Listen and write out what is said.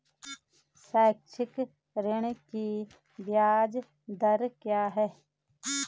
शैक्षिक ऋण की ब्याज दर क्या है?